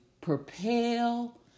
propel